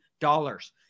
dollars